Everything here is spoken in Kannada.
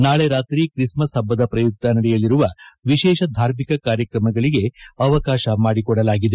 ನಾಳೆ ರಾತ್ರಿ ಕ್ರಿಸ್ ಮಸ್ ಪಬ್ಜದ ಪ್ರಯುಕ್ತ ನಡೆಯಲಿರುವ ವಿಶೇಷ ಧಾರ್ಮಿಕ ಕಾರ್ಯಕ್ರಮಗಳಿಗೆ ಅವಕಾಶ ಮಾಡಿಕೊಡಲಾಗಿದೆ